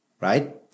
right